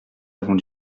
avons